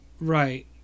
Right